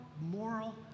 moral